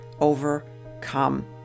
overcome